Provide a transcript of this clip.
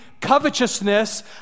covetousness